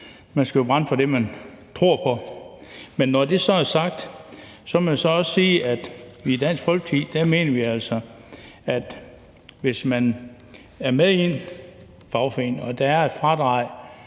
Man skal jo brænde for det, man tror på. Men når det så er sagt, må jeg også sige, at i Dansk Folkeparti mener vi altså, at hvis man er med i en fagforening og der er et fradrag